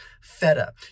feta